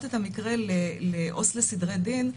את המקרה לעובד סוציאלי לסדרי דין,